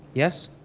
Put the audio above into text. yes?